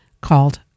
called